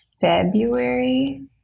February